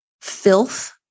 filth